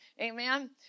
Amen